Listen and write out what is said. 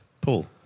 Paul